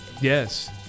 Yes